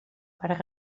per